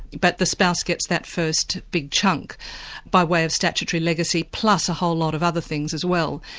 but the spouse gets that first big chunk by way of statutory legacy plus a whole lot of other things as well.